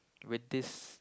with this